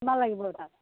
কিমান লাগিব এটাত